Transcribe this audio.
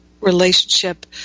relationship